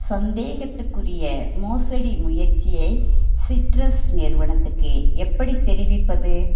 சந்தேகத்துக்குரிய மோசடி முயற்சியை சிட்ரஸ் நிறுவனத்துக்கு எப்படி தெரிவிப்பது